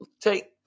take